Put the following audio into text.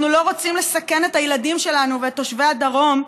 אנחנו לא רוצים לסכן את הילדים שלנו ואת תושבי הדרום,